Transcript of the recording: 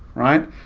right?